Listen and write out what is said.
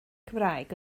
cymraeg